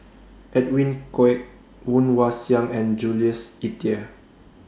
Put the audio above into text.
Edwin Koek Woon Wah Siang and Jules Itier